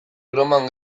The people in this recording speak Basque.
broman